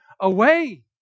away